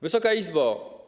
Wysoka Izbo!